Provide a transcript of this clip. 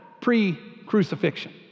pre-crucifixion